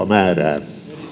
määrää